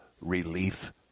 relief